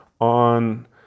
on